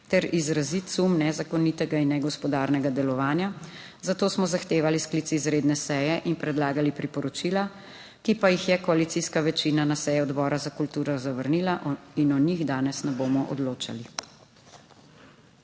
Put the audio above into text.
ter izrazit sum nezakonitega in negospodarnega delovanja, zato smo zahtevali sklic izredne seje in predlagali priporočila, ki pa jih je koalicijska večina na seji Odbora za kulturo zavrnila in o njih danes ne bomo odločali.